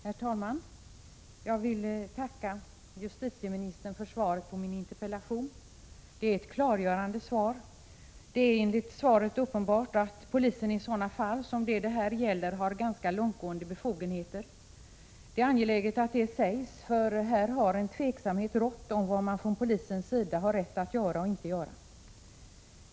Herr talman! Jag vill tacka justitieministern för det klargörande svaret på min interpellation. Det är enligt svaret uppenbart att polisen i sådana fall som det här gäller har ganska långtgående befogenheter. Det är angeläget att detta sägs, för osäkerhet har rått om vad man från polisens sida har rätt att göra och inte göra.